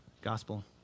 gospel